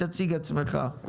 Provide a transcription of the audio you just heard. תציג את עצמך.